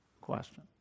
question